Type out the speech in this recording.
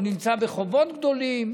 הוא נמצא בחובות גדולים.